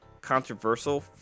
controversial